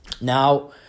Now